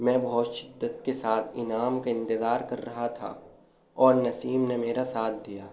میں بہت شدت کے ساتھ انعام کا انتظار کر رہا تھا اور نصیب نے میرا ساتھ دیا